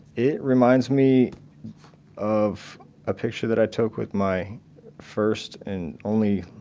it reminds me of a picture that i took with my first and only,